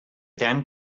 then